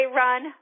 run